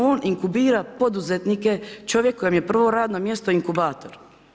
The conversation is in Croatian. On inkubira poduzetnike, čovjek kojemu je prvo radno mjesto inkubator.